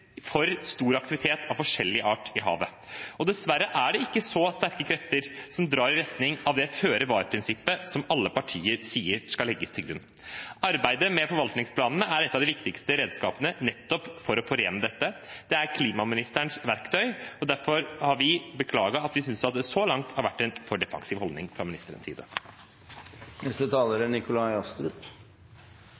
for stor aktivitet av forskjellig art i havet. Dessverre er det ikke så sterke krefter som drar i retning av det føre-var-prinsippet som alle partier sier skal legges til grunn. Arbeidet med forvaltningsplanene er et av de viktigste redskapene nettopp for å forene dette. Det er klimaministerens verktøy, og derfor har vi beklaget at vi synes at det så langt har vært en for defensiv holdning fra ministerens side. Det er